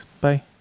Bye